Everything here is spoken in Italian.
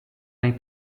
nei